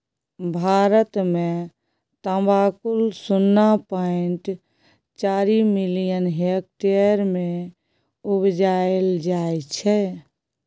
भारत मे तमाकुल शुन्ना पॉइंट चारि मिलियन हेक्टेयर मे उपजाएल जाइ छै